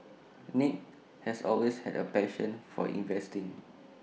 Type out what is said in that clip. nick has always had A passion for investing